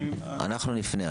אנחנו נפנה.